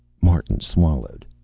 martin swallowed.